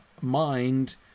mind